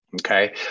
Okay